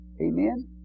Amen